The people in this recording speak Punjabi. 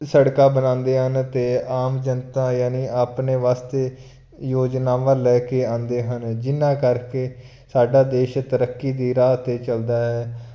ਸੜਕਾਂ ਬਣਾਉਂਦੇ ਹਨ ਅਤੇ ਆਮ ਜਨਤਾ ਜਾਨੀ ਆਪਣੇ ਵਾਸਤੇ ਯੋਜਨਾਵਾਂ ਲੈ ਕੇ ਆਉਂਦੇ ਹਨ ਜਿਨਾਂ ਕਰਕੇ ਸਾਡਾ ਦੇਸ਼ ਤਰੱਕੀ ਦੀ ਰਾਹ 'ਤੇ ਚੱਲਦਾ ਹੈ